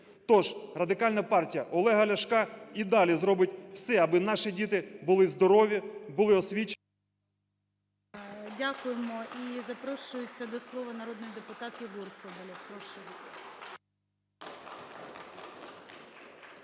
Тож Радикальна партія Олега Ляшка і далі зробить все, аби наші діти були здорові, були освічені. ГОЛОВУЮЧИЙ. Дякуємо. І запрошується до слова народний депутат Єгор Соболєв.